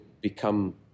become